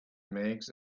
makes